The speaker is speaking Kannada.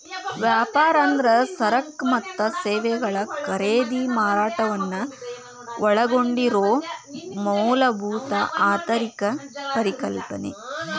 ವ್ಯಾಪಾರ ಅಂದ್ರ ಸರಕ ಮತ್ತ ಸೇವೆಗಳ ಖರೇದಿ ಮಾರಾಟವನ್ನ ಒಳಗೊಂಡಿರೊ ಮೂಲಭೂತ ಆರ್ಥಿಕ ಪರಿಕಲ್ಪನೆ